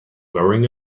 wearing